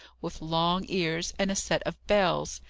with long ears and a set of bells!